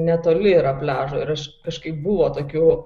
netoli yra pliažo ir aš kažkaip buvo tokių